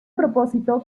propósito